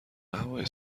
هوای